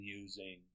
using